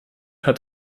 hat